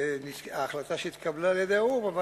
נראה לנו שההחלטה התקבלה על-ידי האו"ם אבל